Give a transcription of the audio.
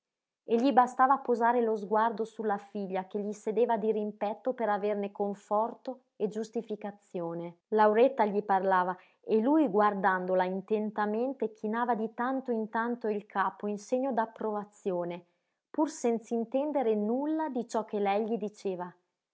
e gli bastava posare lo sguardo sulla figlia che gli sedeva dirimpetto per averne conforto e giustificazione lauretta gli parlava e lui guardandola intentamente chinava di tanto in tanto il capo in segno d'approvazione pur senz'intendere nulla di ciò che lei gli diceva